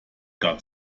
gab